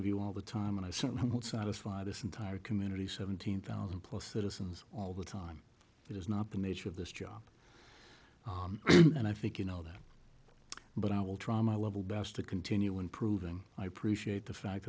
you all the time and i certainly won't satisfy this entire community seventeen thousand plus citizens all the time that is not the nature of this job and i think you know that but i will try my level best to continue improving i appreciate the fact